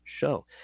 show